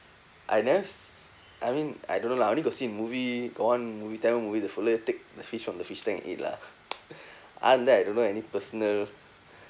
I never s~ I mean I don't know lah I only got see in movie got one movie tamil movie the fella take the fish from the fish tank and ate lah other than that I don't know any personal